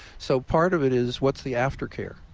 so part of it is, what's the aftercare?